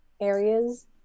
areas